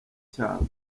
icyago